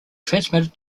transmitted